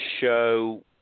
show